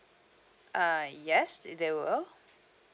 uh yes the~ they will